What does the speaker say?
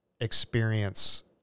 experience